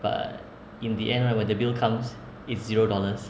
but in the end right when the bill comes is zero dollars